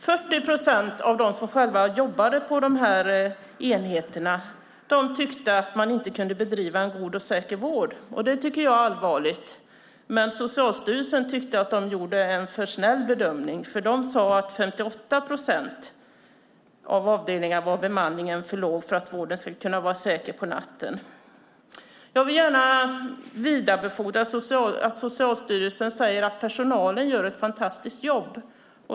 40 procent av dem som själva jobbade på de här enheterna tyckte att man inte kunde bedriva en god och säker vård. Det tycker jag är allvarligt. Socialstyrelsen tyckte att de gjorde en för snäll bedömning, och de sade att på 58 procent av avdelningarna var bemanning för låg för att vården skulle kunna vara säker på natten. Jag vill gärna vidarebefordra att Socialstyrelsen säger att personalen gör ett fantastiskt jobb.